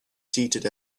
seated